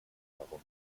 darum